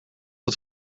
het